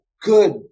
good